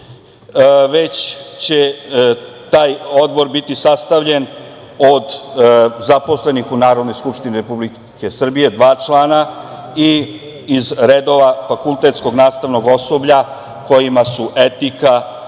već će taj odbor biti sastavljen od zaposlenih u Narodnoj skupštini Republike Srbije, dva člana, i iz redova fakultetskog nastavnog osoblja kojima su etika